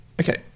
Okay